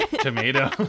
tomato